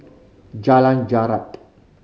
Jalan Jarak